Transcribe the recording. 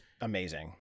amazing